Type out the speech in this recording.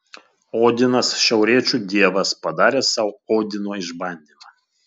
odinas šiauriečių dievas padaręs sau odino išbandymą